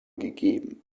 gegeben